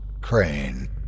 Crane